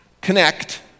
connect